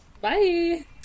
Bye